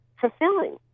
fulfilling